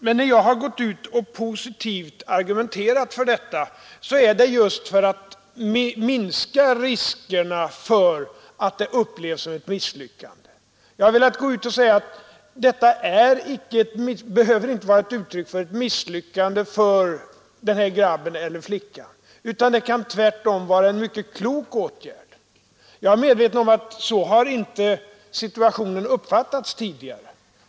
Bakgrunden till att jag positivt argumenterat för detta är att man härigenom kan minska riskerna för att studievalet upplevs som ett misslyckande. Jag har velat säga att det inte behöver vara uttryck för något misslyckande för pojken eller flickan att avbryta studierna utan tvärtom kan vara en mycket klok åtgärd. Jag är medveten om att man tidigare inte uppfattat situationen så.